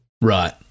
right